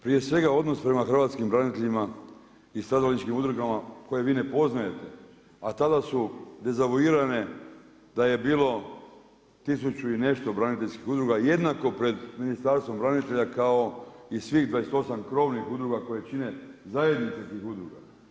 Prije svega odnos prema hrvatskim braniteljima i stradalničkim udrugama koje vi ne poznajete a tada su dezavuirane da je bilo tisuću i nešto braniteljskih udruga jednako pred Ministarstvom branitelja kao i svih 28 krovnih udruga koje čine zajednicu tih udruga.